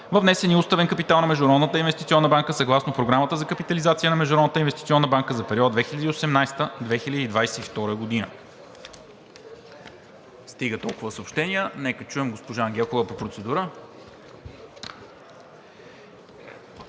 във внесения уставен капитал на Международната инвестиционна банка съгласно Програмата за капитализация на Международната инвестиционна банка за периода 2018 – 2022 г.